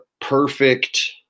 perfect